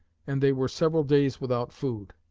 and they were several days without food.